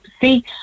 see